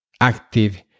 active